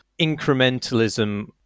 incrementalism